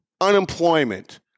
unemployment